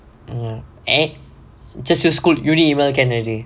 eh just use school university email can already